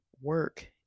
work